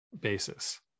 basis